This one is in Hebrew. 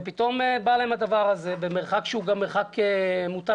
ופתאום בא להם הדבר הזה במרחק שהוא מוטל בספק,